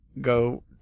go